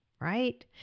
right